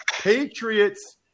Patriots